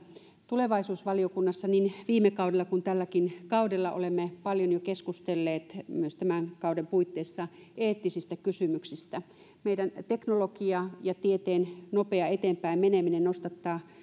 tulevaisuusvaliokunnassa niin viime kaudella kuin tälläkin kaudella olemme paljon jo keskustelleet myös tämän kauden puitteissa eettisistä kysymyksistä meidän teknologian ja tieteen nopea eteenpäin meneminen nostattaa